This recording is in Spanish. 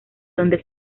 donde